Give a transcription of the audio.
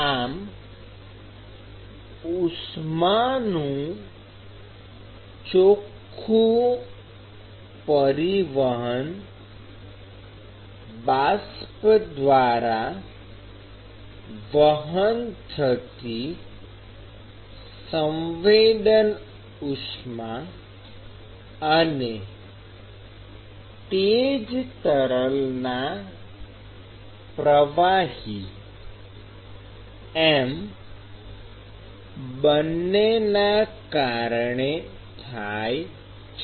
આમ ઉષ્માનું ચોખ્ખું પરિવહન બાષ્પ દ્વારા વહન થતી સંવેદન ઉષ્મા અને તે જ તરલના પ્રવાહી એમ બંનેના કારણે થાય છે